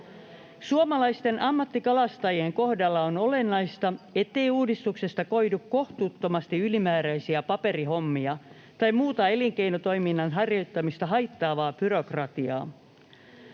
Suomalaisten ammattikalastajien kohdalla on olennaista, ettei uudistuksesta koidu kohtuuttomasti ylimääräisiä paperihommia tai muuta elinkeinotoiminnan harjoittamista haittaavaa byrokratiaa.